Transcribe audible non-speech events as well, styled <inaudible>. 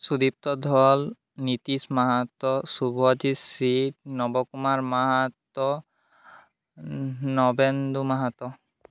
Sudipta Dhal Nitish Mahato Subhajit <unintelligible> Nabakumar Mahato Nabendu Mahato